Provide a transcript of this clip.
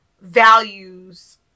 values